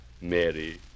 Mary